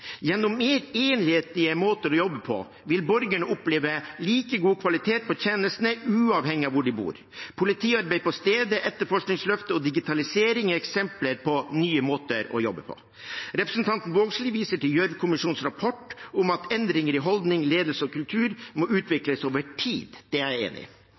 enhetlige måter å jobbe på vil borgerne oppleve like god kvalitet på tjenestene uavhengig av hvor de bor. Politiarbeid på stedet, etterforskningsløftet og digitalisering er eksempler på nye måter å jobbe på. Representanten Vågslid viser til Gjørv-kommisjonens rapportering om at endringer i holdning, ledelse og kultur må utvikles over tid – det er jeg enig i.